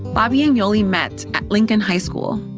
bobby and yoli met at lincoln high school.